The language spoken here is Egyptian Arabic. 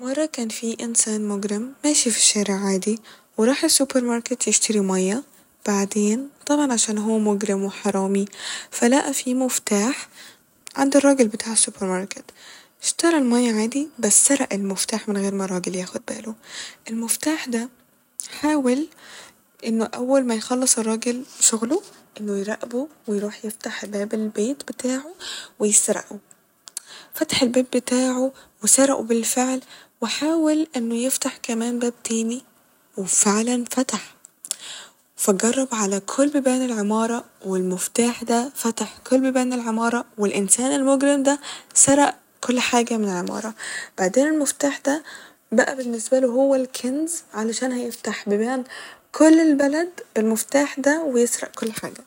مرة كان في انسان مجرم ماشي ف الشارع عادي وراح السوبر ماركت يشتري مية بعدين طبعا عشان هو مجرم وحرامي ف لقى في مفتاح عند الراجل بتاع السوبر ماركت اشترى المية عادي بس سرق المفتاح من غير ما الراجل ياخد باله ، المفتاح ده حاول إنه أول ما يخلص الراجل شغله إنه يراقبه ويروح يفتح باب البيت بتاعه ويسرقه ، فتح باب بتاعه وسرقه بالفعل وحاول إنه يفتح كمان باب تاني وفعلا فتح ، فجرب على كل بيبان العمارة والمفتاح ده فتح كل بيبان العمارة والانسان المجرم ده سرق كل حاجة من العمارة بعدين المفتاح ده بقى باللنسباله هو الكنز علشان هيفتح كل بيبان البلد بالمفتاح ده ويسرق كل حاجة